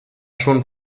schon